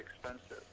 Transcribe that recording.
expensive